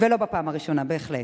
ולא בפעם הראשונה, בהחלט.